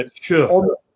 Sure